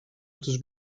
otuz